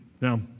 Now